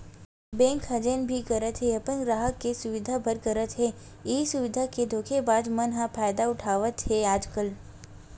bank ह जेन भी करत हे अपन गराहक के सुबिधा बर करत हे, इहीं सुबिधा के धोखेबाज मन ह फायदा उठावत हे आजकल